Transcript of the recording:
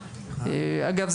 אגב,